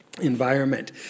environment